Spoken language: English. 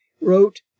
wrote